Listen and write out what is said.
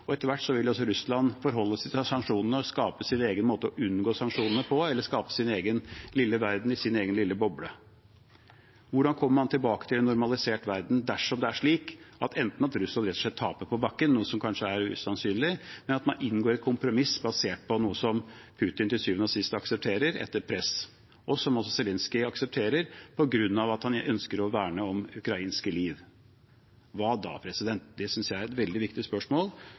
og skape sin egen måte å unngå sanksjonene på, eller skape sin egen lille verden i sin egen lille boble. Hvordan kommer man tilbake til en normalisert verden dersom det er slik at Russland rett og slett taper på bakken, noe som kanskje er usannsynlig, men at man inngår et kompromiss basert på noe som Putin til syvende og sist aksepterer etter press, og som Zelenskyj aksepterer på grunn av at han ønsker å verne om ukrainsk liv? Hva da? Det synes jeg er et veldig viktig spørsmål